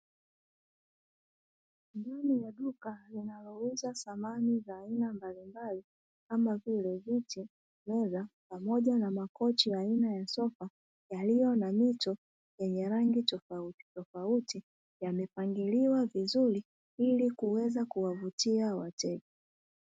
Ndani ya duka linalouza samani za aina mbalimbali kama vile viti, meza pamoja na makochi ya aina ya sofa, yaliyo na mito yenye rangi tofautitofauti, yamepangiliwa vizuri ili kuweza kuwavutia wateja.